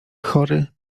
chory